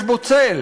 רחוב שיש בו צל.